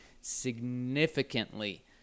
significantly